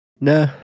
no